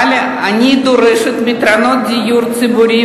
אבל אני דורשת פתרונות דיור ציבורי,